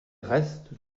restes